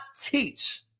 teach